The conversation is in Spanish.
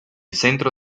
centro